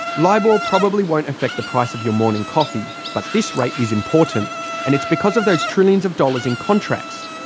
libor probably won't affect the price of your morning coffee, but this rate is important and it's because of those trillions of dollars in contracts.